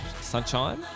Sunshine